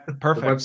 Perfect